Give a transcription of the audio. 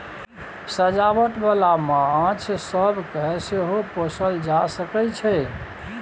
सजावट बाला माछ सब केँ सेहो पोसल जा सकइ छै